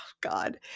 God